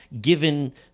given